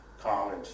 college